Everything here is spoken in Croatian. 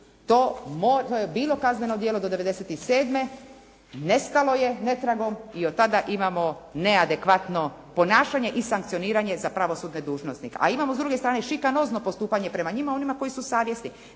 To je bilo kazneno djelo do 97., nestalo je netragom i od tada imamo neadekvatno ponašanje i sankcioniranje za pravosudne dužnosnike. A imamo s druge strane i šikanozno postupanje prema njima onima koji su savjesni.